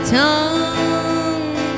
tongue